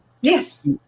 Yes